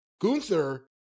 Gunther